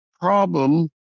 problem